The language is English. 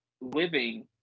living